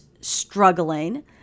struggling